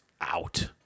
out